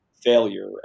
failure